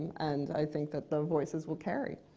and i think that their voices will carry.